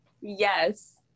Yes